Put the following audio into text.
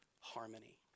harmony